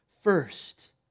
first